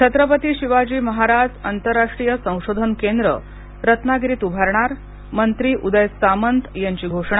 छत्रपती शिवाजी महाराज आंतरराष्ट्रीय संशोधन केंद्र रत्नागिरीत उभारणार मंत्री उदय सामंत यांची घोषणा